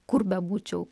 kur bebūčiau